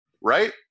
right